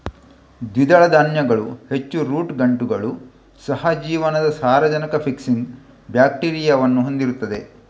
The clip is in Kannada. ದ್ವಿದಳ ಧಾನ್ಯಗಳು ಹೆಚ್ಚು ರೂಟ್ ಗಂಟುಗಳು, ಸಹ ಜೀವನದ ಸಾರಜನಕ ಫಿಕ್ಸಿಂಗ್ ಬ್ಯಾಕ್ಟೀರಿಯಾವನ್ನು ಹೊಂದಿರುತ್ತವೆ